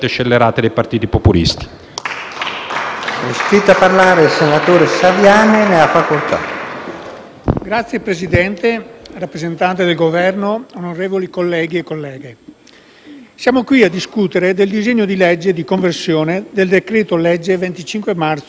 Signor Presidente, rappresentante del Governo, onorevoli colleghe e colleghi, siamo qui a discutere del disegno di legge di conversione del decreto-legge n. 22 del 25